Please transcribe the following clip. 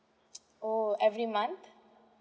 orh every month